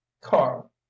carl